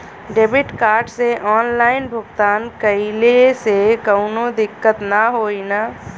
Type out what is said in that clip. Debit card से online भुगतान कइले से काउनो दिक्कत ना होई न?